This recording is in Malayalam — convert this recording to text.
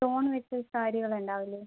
സ്റ്റോൺ വെച്ച സാരികൾ ഉണ്ടാവില്ലേ